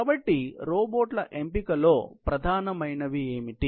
కాబట్టి రోబోట్ల ఎంపికలో ప్రధానమైనవి ఏమిటి